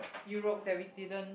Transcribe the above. Europe that we didn't